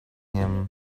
him